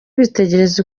bitegereza